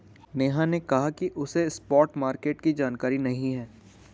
नेहा ने कहा कि उसे स्पॉट मार्केट की जानकारी नहीं है